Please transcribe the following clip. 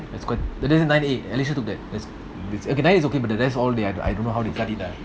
that's quite alicia took that that's okay is okay but the rest all their I don't know how they studied ah